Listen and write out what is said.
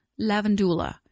lavandula